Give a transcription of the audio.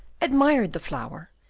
admired the flower,